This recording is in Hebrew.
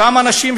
אותם אנשים,